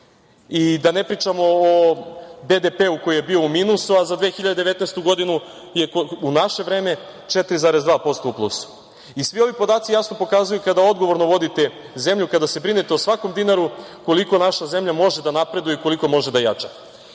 i da ne pričamo o BDP-u koji je bio u minusu, a za 2019. godinu je, u naše vreme, 4,2% u plusu. Svi ovi podaci jasno pokazuju kada odgovorno vodite zemlju, kada se brinete o svakom dinaru koliko naša zemlja može da napreduje i koliko može da jača. Drago